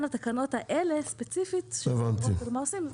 התקנות האלה ספציפית שמדברות על מה עושים --- הבנתי.